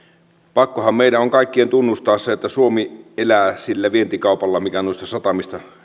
pakkohan meidän on kaikkien tunnustaa se että suomi elää sillä vientikaupalla mikä noista satamista